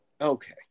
Okay